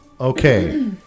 Okay